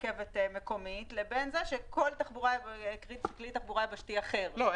אם בטרם הכניסה לתחנת התחבורה היבשתית נמדד חום גופו ונמצא כי הוא